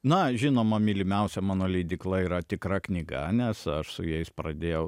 na žinoma mylimiausia mano leidykla yra tikra knyga nes aš su jais pradėjau